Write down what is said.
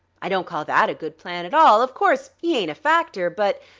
i don't call that a good plan at all. of course, he ain't a factor, but.